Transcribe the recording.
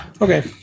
Okay